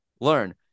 learn